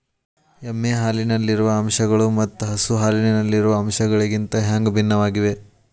ಎಮ್ಮೆ ಹಾಲಿನಲ್ಲಿರುವ ಅಂಶಗಳು ಮತ್ತ ಹಸು ಹಾಲಿನಲ್ಲಿರುವ ಅಂಶಗಳಿಗಿಂತ ಹ್ಯಾಂಗ ಭಿನ್ನವಾಗಿವೆ?